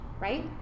right